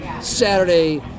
Saturday